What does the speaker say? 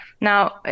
Now